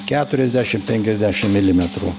keturiasdešim penkiasdešim milimetrų